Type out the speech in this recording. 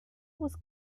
was